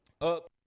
up